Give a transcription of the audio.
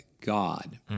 God